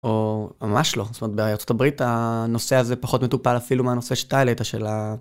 או ממש לא, זאת אומרת בארצות הברית הנושא הזה פחות מטופל אפילו מהנושא שאתה העלית של ה...